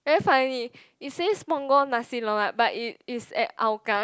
very funny it says Punggol Nasi-Lemak but it is at Hougang